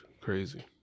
crazy